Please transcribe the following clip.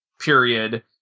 period